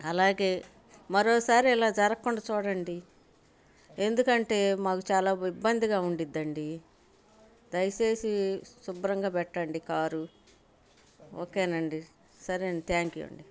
అలాగే మరోసారి ఇలా జరగకుండా చూడండి ఎందుకు అంటే మాకు చాలా ఇబ్బందిగా ఉంటుంది అండీ దయచేసి శుభ్రంగా పెట్టండి కారు ఓకే అండి సరే అండి థ్యాంక్ యూ అండి